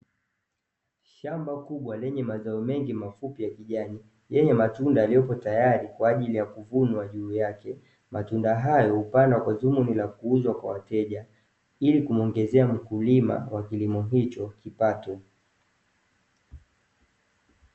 Shamba kubwa lenye mazao mengi mafupi ya kijani, yenye matunda yaliyopo tayari kwa ajili ya kuvunwa juu yake. Matunda hayo hupandwa kwa dhumuni la kuuzwa kwa wateja, ili kumuongezea mkulima wa kilimo hicho kipato.